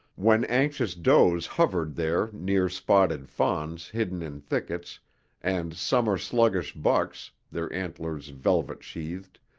when anxious does hovered there near spotted fawns hidden in thickets and summer-sluggish bucks, their antlers velvet-sheathed,